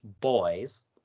Boys